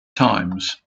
times